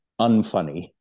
unfunny